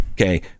Okay